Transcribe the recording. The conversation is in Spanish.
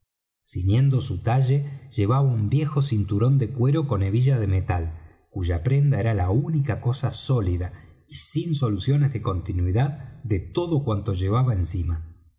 ciñendo su talle llevaba un viejo cinturón de cuero con hebilla de metal cuya prenda era la única cosa sólida y sin soluciones de continuidad de todo cuanto llevaba encima